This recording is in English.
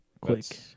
Quick